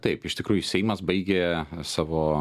taip iš tikrųjų seimas baigė savo